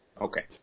Okay